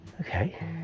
Okay